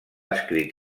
escrit